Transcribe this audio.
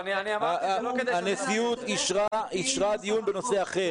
אני אמרתי שזה לא כדי --- הנשיאות אישרה דיון בנושא אחר.